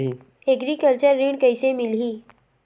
Agriculture ऋण कइसे मिलही?